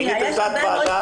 מיניתם תת ועדה,